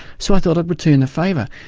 so i thought i'd return the favour.